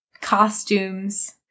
costumes